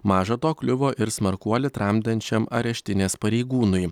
maža to kliuvo ir smarkuolį tramdančiam areštinės pareigūnui